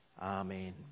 Amen